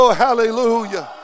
hallelujah